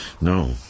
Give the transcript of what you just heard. No